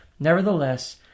Nevertheless